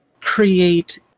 create